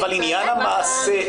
אבל עניין המעשה,